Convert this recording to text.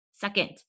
Second